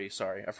sorry